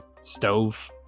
Stove